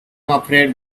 afraid